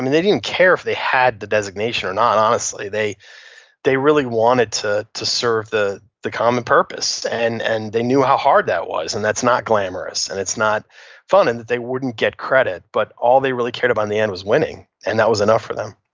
they didn't care if they had the designation or not, honestly. they they really wanted to to serve the the common purpose, and and they knew how hard that was and that's not glamorous and it's not fun and they wouldn't get credit, but all they really cared about in the end was winning and that was enough for them